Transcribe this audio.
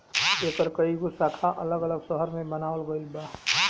एकर कई गो शाखा अलग अलग शहर में बनावल गईल बा